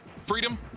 freedom